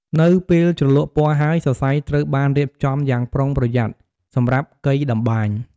នៅពេលជ្រលក់ពណ៌ហើយ សរសៃត្រូវបានរៀបចំយ៉ាងប្រុងប្រយ័ត្នសម្រាប់កីតម្បាញ។